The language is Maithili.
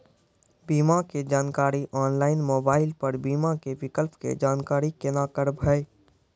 बीमा के जानकारी ऑनलाइन मोबाइल पर बीमा के विकल्प के जानकारी केना करभै?